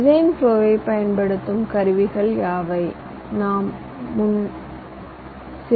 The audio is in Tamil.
டிசைன் ப்லோ என்பது எந்தெந்த கருவிகளை பயன்படுத்தலாம் என்பதாகும்